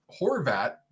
Horvat